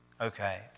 Okay